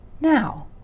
Now